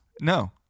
no